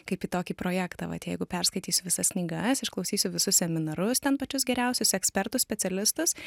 kaip į tokį projektą vat jeigu perskaitysiu visas knygas išklausysiu visus seminarus ten pačius geriausius ekspertus specialistus